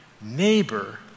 neighbor